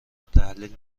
تحلیل